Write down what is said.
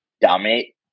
dominate